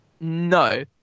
no